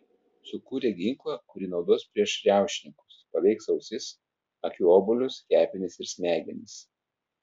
sukūrė ginklą kurį naudos prieš riaušininkus paveiks ausis akių obuolius kepenis ir smegenis